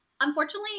unfortunately